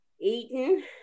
Eaton